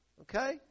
Okay